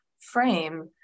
frame